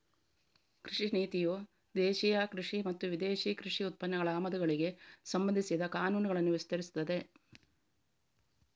ಕೃಷಿ ನೀತಿಯು ದೇಶೀಯ ಕೃಷಿ ಮತ್ತು ವಿದೇಶಿ ಕೃಷಿ ಉತ್ಪನ್ನಗಳ ಆಮದುಗಳಿಗೆ ಸಂಬಂಧಿಸಿದ ಕಾನೂನುಗಳನ್ನ ವಿವರಿಸ್ತದೆ